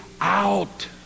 out